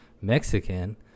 Mexican